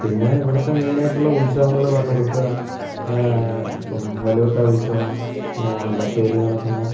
പിന്നെ ഇവിടുത്തെ മെയിൻ ആയിട്ടുള്ള ഉത്സവങ്ങൾ പറഞ്ഞു കൊടുക്കുക ഇപ്പം വള്ളിയൂർക്കാവ് ഉത്സവം ബത്തേരി നടക്കുന്ന